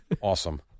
Awesome